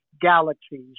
galaxies